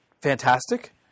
fantastic